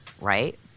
right